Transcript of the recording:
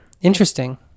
interesting